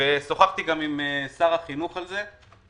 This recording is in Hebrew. שוחחתי גם עם שר החינוך על זה.